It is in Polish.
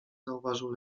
zauważył